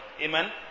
Amen